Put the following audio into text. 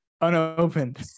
unopened